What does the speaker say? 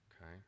Okay